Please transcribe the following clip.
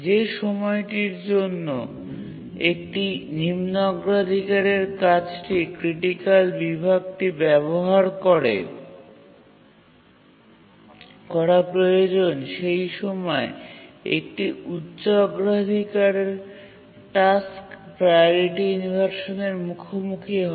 যে সময়টির জন্য একটি নিম্ন অগ্রাধিকারের কাজটি ক্রিটিকাল বিভাগটি ব্যবহার করা প্রয়োজন সেই সময়ে একটি উচ্চ অগ্রাধিকার টাস্ক প্রাওরিটি ইনভারসানের মুখোমুখি হয়